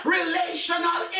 relational